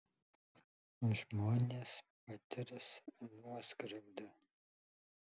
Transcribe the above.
žmonės patirs nuoskriaudą